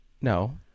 No